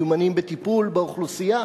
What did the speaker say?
מיומנים בטיפול באוכלוסייה,